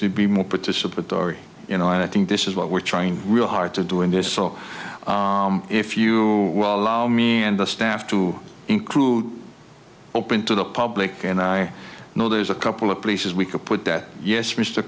to be more participatory you know and i think this is what we're trying real hard to do in this so if you allow me and the staff to include open to the public and i know there's a couple of places we could put that yes m